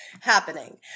happening